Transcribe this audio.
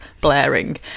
blaring